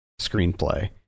screenplay